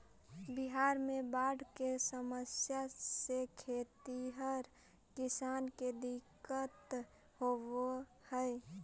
बिहार में बाढ़ के समस्या से खेतिहर किसान के दिक्कत होवऽ हइ